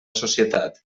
societat